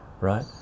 right